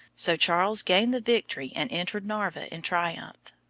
so charles gained the victory and entered narva in triumph.